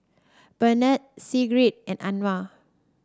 Benard Sigrid and Anwar